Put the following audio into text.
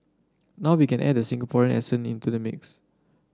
now we can add the Singaporean accent into the mix